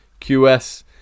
QS